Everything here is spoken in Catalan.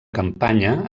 campanya